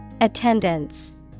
Attendance